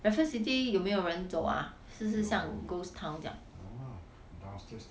raffles city 有没有人走 ah 是不是像 ghost town 这样